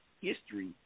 history